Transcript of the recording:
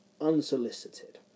Unsolicited